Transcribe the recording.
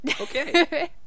Okay